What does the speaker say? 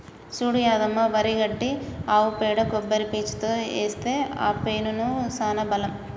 చూడు యాదమ్మ వరి గడ్డి ఆవు పేడ కొబ్బరి పీసుతో ఏస్తే ఆ సేనుకి సానా బలం